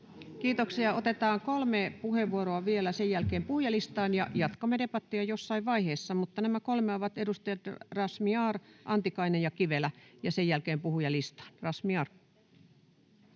Kiitoksia. — Otetaan kolme puheenvuoroa vielä. Sen jälkeen puhujalistaan, ja jatkamme debattia jossain vaiheessa. Mutta nämä kolme ovat edustajat Razmyar, Antikainen ja Kivelä, ja sen jälkeen puhujalistaan.